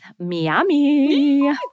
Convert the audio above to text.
Miami